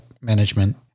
Management